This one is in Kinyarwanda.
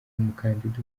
umukandida